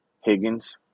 Higgins